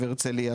הרצליה,